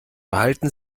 behalten